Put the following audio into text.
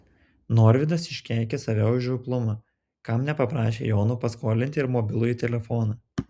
norvydas iškeikė save už žioplumą kam nepaprašė jono paskolinti ir mobilųjį telefoną